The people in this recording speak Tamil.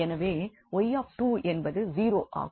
எனவே 𝑦 என்பது 0 ஆகும்